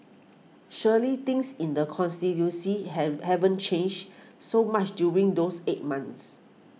surely things in the constituency have haven't changed so much during those eight months